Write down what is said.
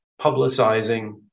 publicizing